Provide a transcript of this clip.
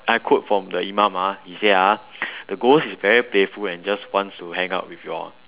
I quote from the imam ah he say ah the ghost is very playful and just wants to hang out with you all